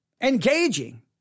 engaging